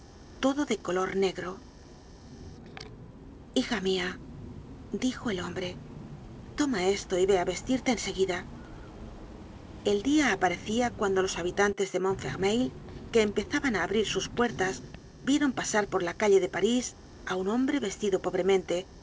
todo de color negro hija mia dijo el hombre toma esto y ve á vestirte en seguida el dia aparecia cuando los habitantes de montfermeil que empezaban á abrir sus puertas vieron pasar por la calle de parís á un hombre vestido pobremente